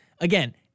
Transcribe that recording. again